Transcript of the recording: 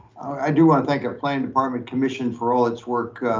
i do want to thank our planning department commission for all its work.